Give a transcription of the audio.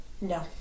No